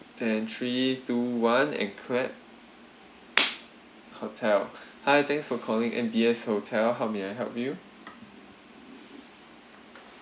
in three two one and clap hotel hi thanks for calling M_B_S hotel how may I help you